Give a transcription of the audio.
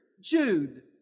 Jude